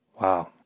Wow